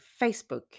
Facebook